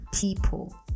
people